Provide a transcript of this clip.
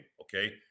Okay